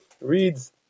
reads